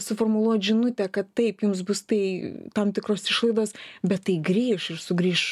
suformuluot žinutę kad taip jums bus tai tam tikros išlaidos bet tai grįš ir sugrįš